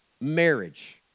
marriage